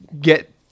get